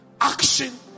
action